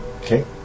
Okay